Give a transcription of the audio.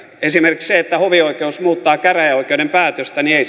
esimerkiksi se että hovioikeus muuttaa käräjäoikeuden päätöstä ei